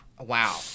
wow